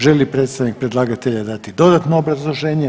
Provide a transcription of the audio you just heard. Želi li predstavnik predlagatelja dati dodatno obrazloženje?